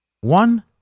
One